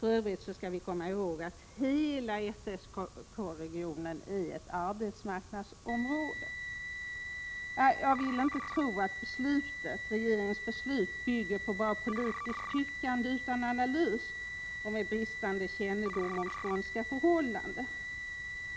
För övrigt skall vi komma ihåg att hela SSK-regionen är ett arbetsmarknadsområde. Jag vill faktiskt inte tro att regeringens beslut bygger bara på politiskt tyckande utan analys och med bristande kännedom om skånska förhållanden.